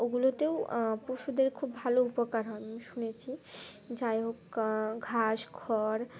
ওগুলোতেও পশুদের খুব ভালো উপকার হয় শুনেছি যাই হোক ঘাস খড়